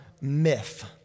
myth